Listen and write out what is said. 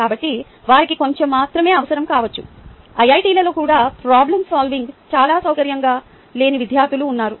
కాబట్టి వారికి కొంచెం మాత్రమే అవసరం కావచ్చు ఐఐటిలలో కూడా ప్రోబ్లెమ్ సాల్వింగ్ చాలా సౌకర్యంగా లేని విద్యార్థులు ఉన్నారు